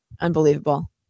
Unbelievable